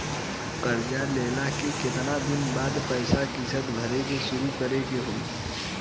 कर्जा लेला के केतना दिन बाद से पैसा किश्त भरे के शुरू करे के होई?